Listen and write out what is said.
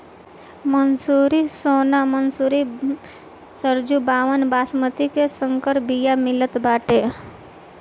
मंसूरी, सोना मंसूरी, सरजूबावन, बॉसमति के संकर बिया मितल बाटे